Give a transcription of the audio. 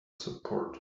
support